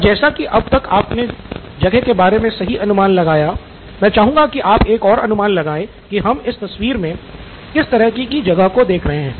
और जैसा कि अब तक आपने जगह के बारे मे सही अनुमान लगाया मैं चाहूँगा कि आप एक और अनुमान लगाए की हम इस तस्वीर मे किस तरह की जगह को देख रहे हैं